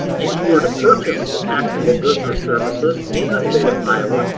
if you were to purchase taxable goods or services in the state of iowa,